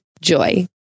Joy